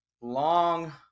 long